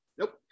Nope